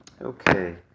Okay